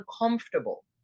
uncomfortable